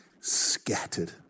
scattered